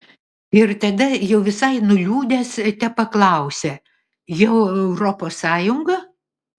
ir tada jau visai nuliūdęs tepaklausia jau europos sąjunga